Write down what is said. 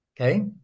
okay